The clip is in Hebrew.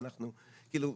כלומר,